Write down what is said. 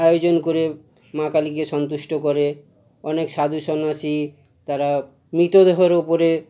আয়োজন করে মা কালীকে সন্তুষ্ট করে অনেক সাধু সন্ন্যাসী তারা মৃতদেহর উপরে